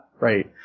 right